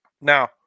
Now